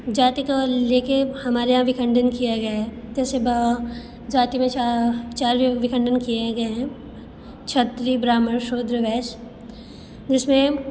जाती को ले के हमारे यहाँ भी खंडन किया गया है जैसे जाती विचाह चार्य भी खंडन किए गए हें क्षत्रिय ब्राह्मण शूद्र वैश्य जिस में